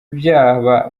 byaba